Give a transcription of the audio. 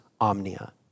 omnia